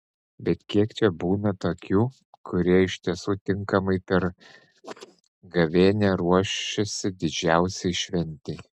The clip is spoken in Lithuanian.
bet kiek čia būna tokių kurie iš tiesų tinkamai per gavėnią ruošėsi didžiausiai šventei